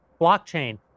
blockchain